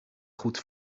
goed